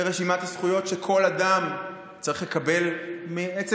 לרשימת הזכויות שכל אדם צריך לקבל מעצם